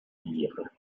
lire